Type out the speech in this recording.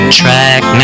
track